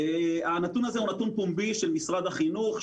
הנתון הזה הוא נתון פומבי של משרד החינוך,